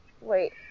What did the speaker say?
wait